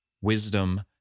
wisdom